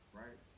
right